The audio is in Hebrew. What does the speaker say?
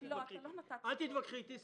אל תתווכחי איתי.